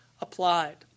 applied